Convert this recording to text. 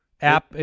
app